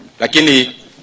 Lakini